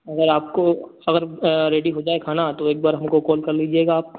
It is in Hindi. अगर आपको अगर रेडी हो जाए खाना तो एक बार हमको कॉल कर लीजिएगा आप